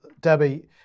Debbie